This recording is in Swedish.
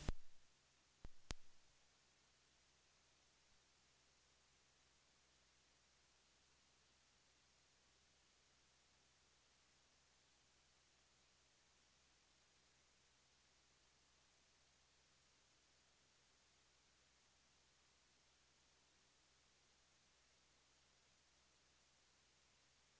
Nu hoppas jag att dagens beslut snart skall kunna följas av andra beslut som leder till ökad frihet och mångfald i etern.